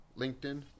linkedin